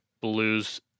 blues